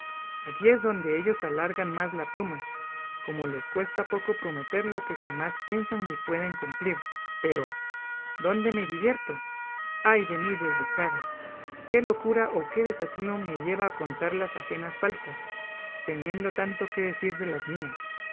aquí es donde ellos alargan más la pluma como les cuesta poco prometer lo que jamás piensan ni pueden cumplir pero dónde me divierto ay de mí desdichada qué locura o qué desatino me lleva a contar las ajenas faltas teniendo tanto que decir de las mías